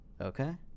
Okay